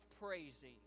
praising